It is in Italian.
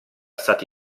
stati